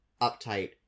uptight